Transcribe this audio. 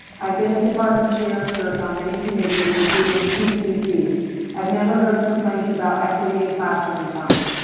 i've been in department chairs served on many committees, including tc. see i've never heard complaints about equity in classroom time.